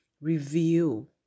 review